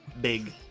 big